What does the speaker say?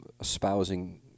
espousing